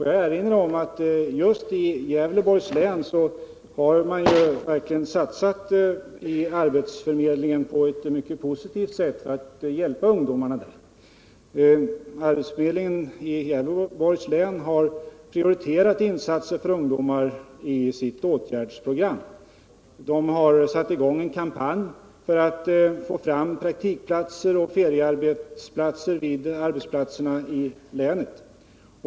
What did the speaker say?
Jag erinrar om att just i Gävleborg har arbetsförmedlingen verkligen satsat på ett mycket positivt sätt för att hjälpa ungdomarna där. Arbetsförmedlingen i Gävleborgs län har i sitt åtgärdsprogram prioriterat insatser för ungdomen. Den har satt i gång en kampanj för att få fram praktikplatser och feriearbetsplatser vid arbetsplatserna i länet.